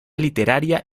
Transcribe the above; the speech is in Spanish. literaria